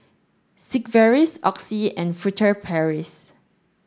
Sigvaris Oxy and Furtere Paris